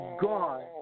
God